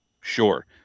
sure